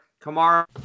Kamara